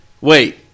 wait